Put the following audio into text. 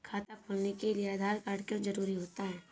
खाता खोलने के लिए आधार कार्ड क्यो जरूरी होता है?